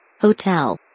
Hotel